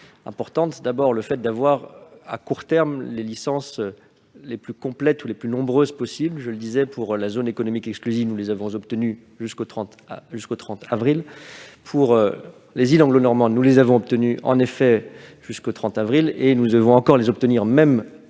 importantes : il convient d'obtenir, à court terme, les licences les plus complètes ou les plus nombreuses possible. Pour la zone économique exclusive, nous les avons obtenues jusqu'au 30 avril. Pour les îles anglo-normandes, nous les avons également obtenues jusqu'au 30 avril. Nous devons encore les obtenir,